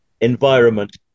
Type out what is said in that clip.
environment